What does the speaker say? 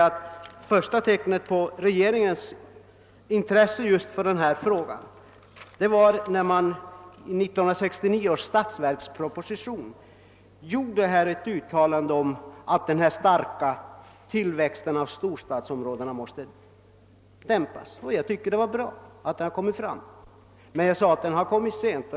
Det första tecknet på regeringens intresse för denna fråga visades när den i 1969 års statsverksproposition uttalade att den starka tillväxten av storstadsområdena måste dämpas, och. jag tycker att det är bra att detta understrukits, även om det kommit sent.